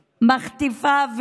24מחטיפה,